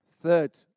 Third